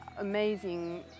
amazing